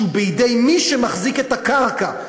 שהוא בידי מי שמחזיק את הקרקע,